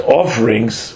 offerings